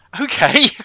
okay